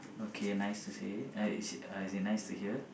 okay nice to say uh as as in nice to hear